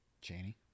Cheney